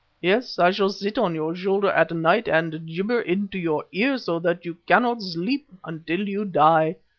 yes, i shall sit on your shoulder at night and jibber into your ear so that you cannot sleep, until you die.